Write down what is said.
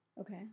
Okay